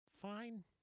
fine